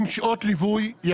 עם שעות ליווי,